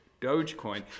Dogecoin